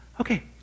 Okay